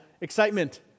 excitement